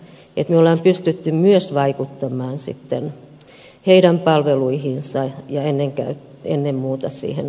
me olemme pystyneet myös vaikuttamaan sitten niiden palveluihin ja ennen muuta siihen rahoitukseen